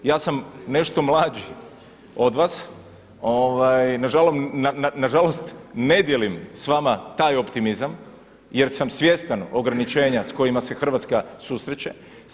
Ja sam nešto mlađi od vas, nažalost ne dijelim s vama taj optimizam jer sam svjestan ograničenja s kojima se Hrvatska susreće.